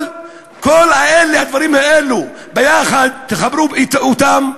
כל הדברים האלה יחד, תחברו אותם,